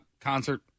concert